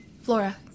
Flora